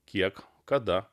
kiek kada